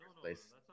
place